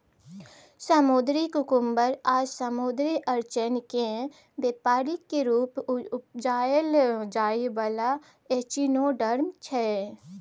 समुद्री कुकुम्बर आ समुद्री अरचिन केँ बेपारिक रुप उपजाएल जाइ बला एचिनोडर्म छै